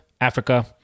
Africa